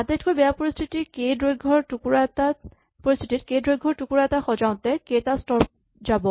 আটাইতকৈ বেয়া পৰিস্হিতিত কে দৈৰ্ঘ্যৰ টুকুৰা এটা সজাওঁতে কে টা স্তৰ যাব